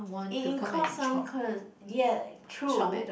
it incurs some cost ya true